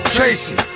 Tracy